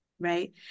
right